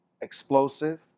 explosive